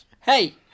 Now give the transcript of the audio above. Hey